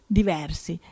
diversi